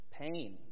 pain